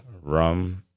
rum